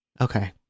Okay